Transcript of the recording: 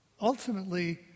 Ultimately